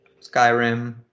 Skyrim